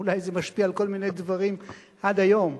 אולי זה משפיע על כל מיני דברים עד היום.